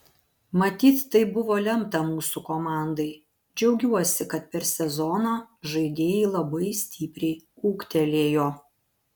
matyt taip buvo lemta mūsų komandai džiaugiuosi kad per sezoną žaidėjai labai stipriai ūgtelėjo